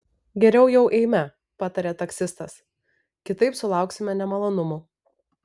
geriau jau eime patarė taksistas kitaip sulauksime nemalonumų